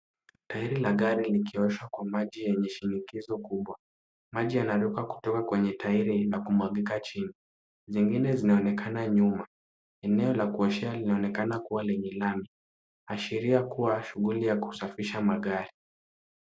Tairi ya maji ikioshwa kwenye shinikizo kubwa. Maji yanaruka kutoka kwenye tairi hilo na kumwagika chini, zingine zinaonekana nyuma. Eneo la kuoshea linaonekana kua lenye lami, ashiria kuwa ni shughuli ya kusafisha magari.